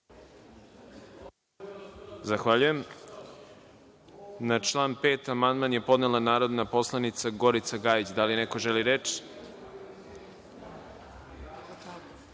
Zahvaljujem. Na član 5. je podnela narodna poslanica Gorica Gajić. Da li neko želi